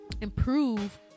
improve